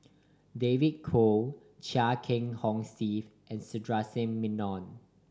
David Kwo Chia Kiah Hong Steve and Sundaresh Menon